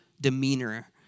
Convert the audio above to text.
demeanor